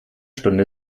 stunde